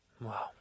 Wow